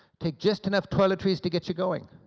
take just enough toiletries to get you going,